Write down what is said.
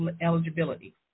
eligibility